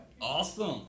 Awesome